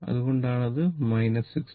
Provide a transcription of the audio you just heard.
അതുകൊണ്ടാണ് അത് 60o